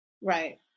Right